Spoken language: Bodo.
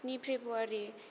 स्नि फ्रेबुवारि